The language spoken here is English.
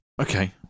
Okay